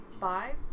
five